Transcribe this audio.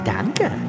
Danke